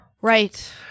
Right